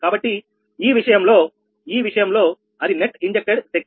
కావున ఈ విషయంలో ఈ విషయంలో అది నెట్ ఇంజెక్ట్ డ్ శక్తి